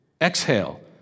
Exhale